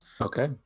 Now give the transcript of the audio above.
Okay